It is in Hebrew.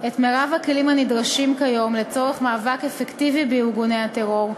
את מרב הכלים הנדרשים כיום לצורך מאבק אפקטיבי בארגוני הטרור,